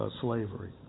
slavery